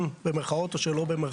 ואתם שולחים אותו --- זה פשוט לא ההצעה.